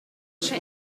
she